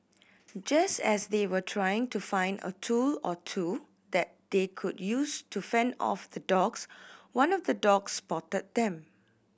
just as they were trying to find a tool or two that they could use to fend off the dogs one of the dogs spotted them